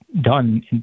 done